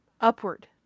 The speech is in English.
upward